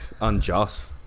unjust